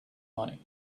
money